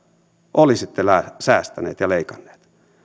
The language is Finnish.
olisitte säästäneet ja leikanneet